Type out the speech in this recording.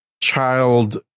child